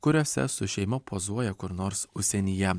kuriose su šeima pozuoja kur nors užsienyje